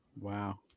Wow